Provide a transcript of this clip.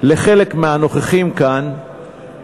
לחלק מהנוכחים כאן